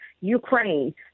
Ukraine